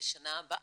בשנה הבאה,